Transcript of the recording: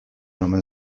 omen